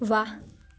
ਵਾਹ